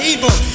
evil